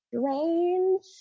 strange